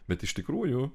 bet iš tikrųjų